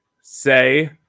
say